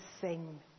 sing